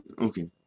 Okay